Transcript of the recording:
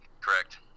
Correct